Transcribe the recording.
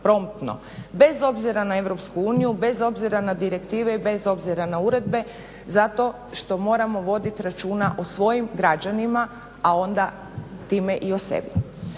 promptno, bez obzira na Europsku uniju, bez obzira na direktive i bez obzira na uredbe zato što moramo voditi računa o svojim građanima a onda time i o sebi.